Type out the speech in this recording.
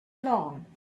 along